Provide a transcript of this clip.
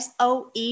SOE